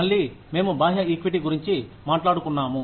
మళ్లీ మేము బాహ్య ఈక్విటీ గురించి మాట్లాడుకున్నాము